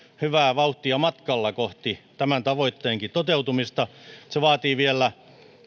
hyvää vauhtia matkalla kohti tämänkin tavoitteen toteutumista se vaatii vielä